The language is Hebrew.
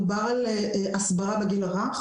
דובר על הסברה בגיל הרך,